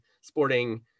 Sporting